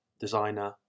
designer